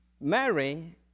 Mary